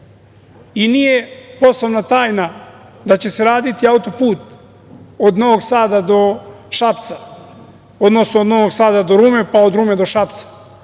Nije poslovna tajna da će se raditi auto-put od Novog Sada do Šapca, odnosno od Novog Sada do Rume, pa od Rume do Šapca,